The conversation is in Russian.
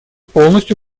полностью